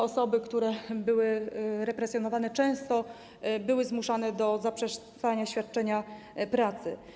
Osoby, które były represjonowane, często były zmuszane do zaprzestania świadczenia pracy.